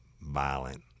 violent